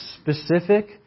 specific